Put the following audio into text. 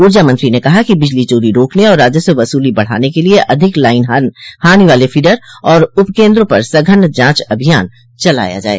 उर्जा मंत्री ने कहा कि बिजली चोरी रोकने और राजस्व वसूली बढ़ाने के लिए अधिक लाइन हानि वाले फीडर और उपकेन्द्रों पर सघन जांच अभियान चलाया जाये